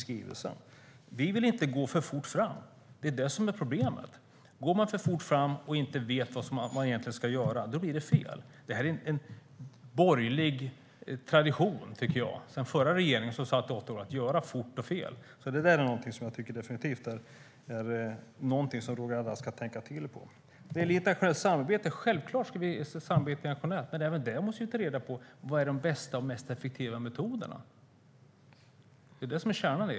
Vi vill inte gå för fort fram. Problemet med att gå för fort fram och inte veta vad man ska göra är att det blir fel. Det här är en borgerlig tradition, tycker jag. Den förra regeringen gjorde ofta fort och fel. Det är något som jag definitivt tycker att Roger Haddad ska tänka till om. När det gäller internationellt samarbete ska vi självklart vara med. Men även där måste vi ta reda på vad som är de bästa och mest effektiva metoderna. Det är det som är kärnan.